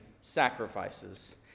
sacrifices